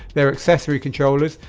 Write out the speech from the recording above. they're accessory controllers,